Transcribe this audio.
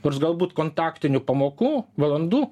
nors galbūt kontaktinių pamokų valandų